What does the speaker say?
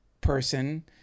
person